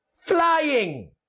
flying